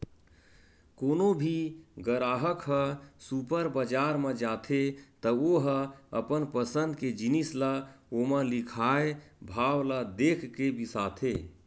कोनो भी गराहक ह सुपर बजार म जाथे त ओ ह अपन पसंद के जिनिस ल ओमा लिखाए भाव ल देखके बिसाथे